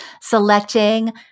selecting